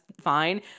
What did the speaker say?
fine